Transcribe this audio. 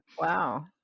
wow